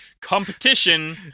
Competition